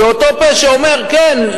זה אותו פה שאומר כן,